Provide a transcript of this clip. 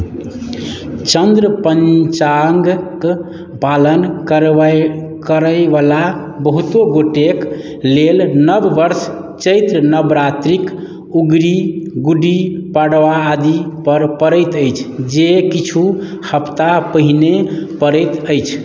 चन्द्र पञ्चाङ्गक पालन करबय करयवला बहुतो गोटेक लेल नव वर्ष चैत्र नवरात्रिक उगड़ी गुडी पाडवा आदिपर पड़ैत अछि जे किछु हफ्ता पहिने पड़ैत अछि